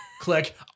click